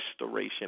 Restoration